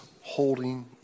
holding